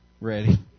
ready